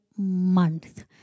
month